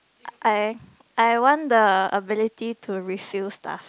I I want the ability to refill stuff